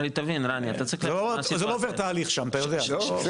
זה לא עובר תהליך שם אתה יודע.